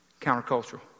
Countercultural